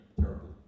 terribly